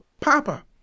Papa